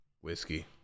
Whiskey